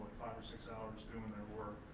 or six hours doing their work.